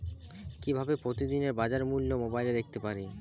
কিভাবে প্রতিদিনের বাজার মূল্য মোবাইলে দেখতে পারি?